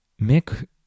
Mick